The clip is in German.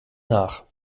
nach